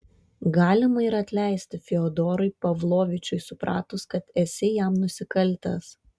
galima ir atleisti fiodorui pavlovičiui supratus kad esi jam nusikaltęs